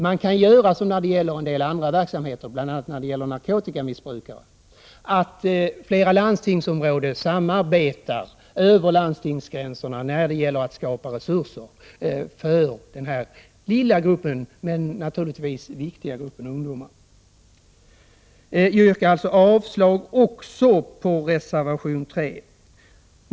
Man kan göra som vid en del andra verksamheter, bl.a. vid åtgärder för narkotikamissbrukare, att flera landstingsområden samarbetar över landstingsgränserna när det gäller att skapa resurser för denna lilla, men naturligtvis viktiga, grupp ungdomar. Jag yrkar alltså avslag även på reservation 3.